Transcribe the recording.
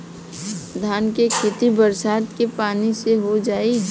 धान के खेती बरसात के पानी से हो जाई?